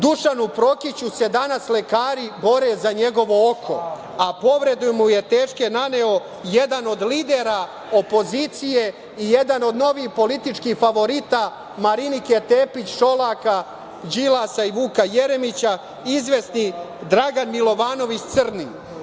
Dušanu Prokiću se danas lekari bore za njegovo oko, a povrede mu je teške naneo jedan od lidera opozicije i jedan novih političkih favorita Marinike Tepić, Šolaka, Đilasa i Vuka Jeremića, izvesni Dragan Milovanović Crni.